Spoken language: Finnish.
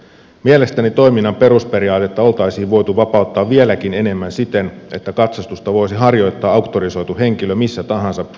mielestäni toiminnan perusperiaatetta oltaisiin voitu vapauttaa vieläkin enemmän siten että katsastusta voisi harjoittaa auktorisoitu henkilö missä tahansa